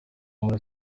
muri